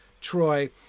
Troy